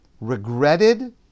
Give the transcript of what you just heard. regretted